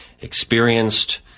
Experienced